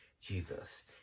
Jesus